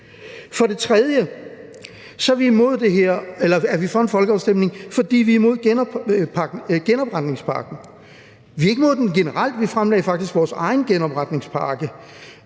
For det tredje er vi for en folkeafstemning, fordi vi er imod genopretningspakken. Vi er ikke imod den generelt. Vi fremlagde faktisk vores egen genopretningspakke.